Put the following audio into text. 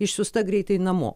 išsiųsta greitai namo